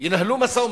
ינהלו משא-ומתן,